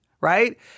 right